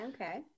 Okay